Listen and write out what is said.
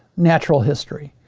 natural history.